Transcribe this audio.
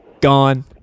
gone